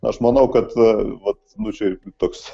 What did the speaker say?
aš manau kad vat nu čia toks